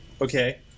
Okay